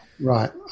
Right